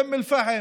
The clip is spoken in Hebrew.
באום אל-פחם,